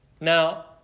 Now